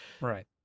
right